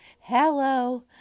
hello